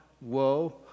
woe